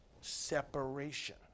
Separation